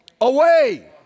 away